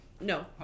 No